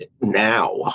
now